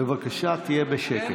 בבקשה תהיה בשקט.